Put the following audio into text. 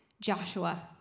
Joshua